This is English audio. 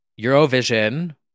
Eurovision